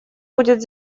будет